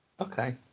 okay